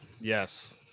Yes